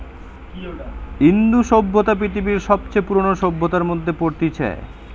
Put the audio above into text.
ইন্দু সভ্যতা পৃথিবীর সবচে পুরোনো সভ্যতার মধ্যে পড়তিছে